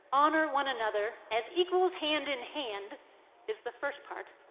honor one another as equals hand-in-hand is the first part.